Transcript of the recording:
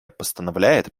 постановляет